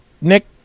Nick